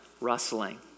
rustling